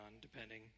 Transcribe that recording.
depending